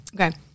Okay